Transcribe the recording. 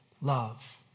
love